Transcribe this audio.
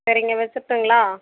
சரிங்க வெச்சுறட்டுங்களா